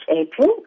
April